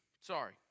Sorry